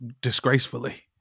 disgracefully